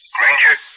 Granger